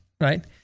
Right